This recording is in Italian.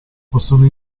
possono